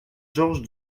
georges